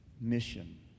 mission